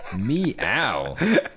Meow